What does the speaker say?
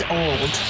old